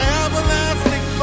everlasting